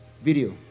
video